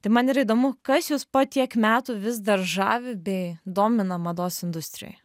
tai man ir įdomu kas jus po tiek metų vis dar žavi bei domina mados industrijoje